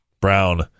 brown